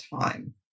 time